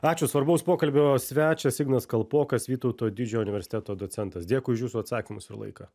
ačiū svarbaus pokalbio svečias ignas kalpokas vytauto didžiojo universiteto docentas dėkui už jūsų atsakymus ir laiką